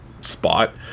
spot